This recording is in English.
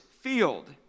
field